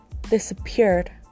disappeared